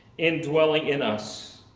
indwelling in us.